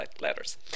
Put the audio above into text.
letters